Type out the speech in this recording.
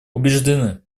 убеждены